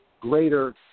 greater